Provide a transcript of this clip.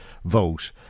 vote